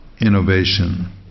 innovation